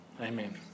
Amen